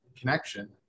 connection